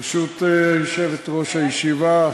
ברשות יושבת-ראש הישיבה,